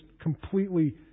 completely